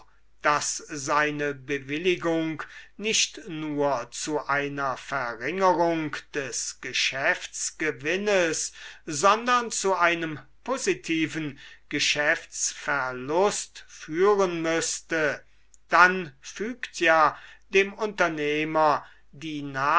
daß seine bewilligung nicht nur zu einer verringerung des geschäftsgewinnes sondern zu einem positiven geschäftsverlust führen müßte dann fügt ja dem unternehmer die